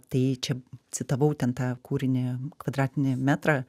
tai čia citavau ten tą kūrinį kvadratinį metrą